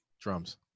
drums